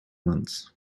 months